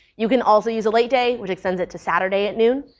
you can also use a late date, which extends it to saturday at noon.